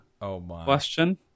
question